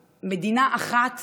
המדינה הלאומית שלנו, מדינה אחת